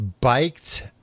biked